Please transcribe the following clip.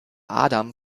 adam